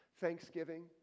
Thanksgiving